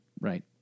right